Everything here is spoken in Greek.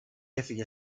έφυγε